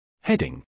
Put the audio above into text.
Heading